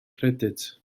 credyd